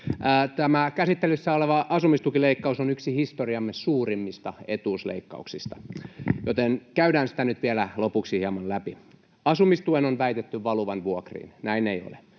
Tämä käsittelyssä oleva asumistukileikkaus on yksi historiamme suurimmista etuusleikkauksista, joten käydään sitä nyt vielä lopuksi hieman läpi. Asumistuen on väitetty valuvan vuokriin, näin ei ole.